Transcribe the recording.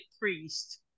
priest